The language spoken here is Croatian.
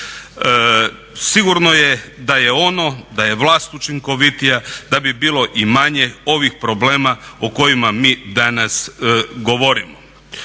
Sigurno je da je ono, da je vlast učinkovitija da bi bilo i manje ovih problema o kojima mi danas govorimo.